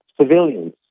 civilians